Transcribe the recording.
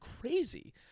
crazy